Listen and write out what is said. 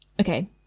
Okay